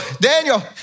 Daniel